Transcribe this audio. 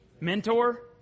Mentor